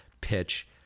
pitch